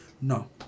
No